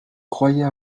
croyais